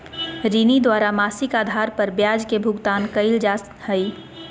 ऋणी द्वारा मासिक आधार पर ब्याज के भुगतान कइल जा हइ